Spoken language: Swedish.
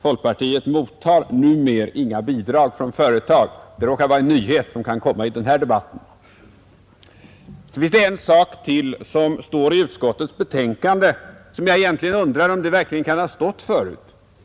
Folkpartiet mottar numera inga bidrag från företag — det råkar vara en nyhet som kan meddelas i den här debatten. Det finns i utskottets betänkande en sak, som jag undrar om den verkligen kan ha stått tidigare.